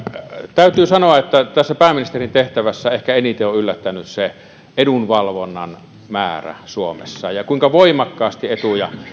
täytyy sanoa että tässä pääministerin tehtävässä ehkä eniten on on yllättänyt se edunvalvonnan määrä suomessa kuinka voimakkaasti etuja